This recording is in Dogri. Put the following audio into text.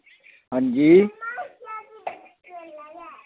हां जी